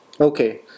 Okay